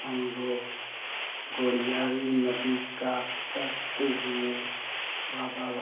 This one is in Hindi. हम लोग गोड़ियारी नदी क्रास करते हुए बाबा